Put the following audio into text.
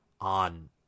on